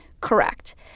correct